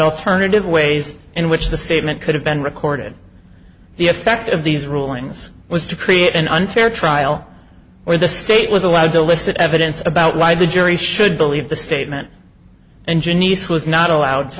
alternative ways in which the statement could have been recorded the effect of these rulings was to create an unfair trial where the state was allowed to elicit evidence about why the jury should believe the statement engine east was not allowed to